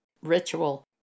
ritual